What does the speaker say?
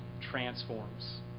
transforms